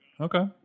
Okay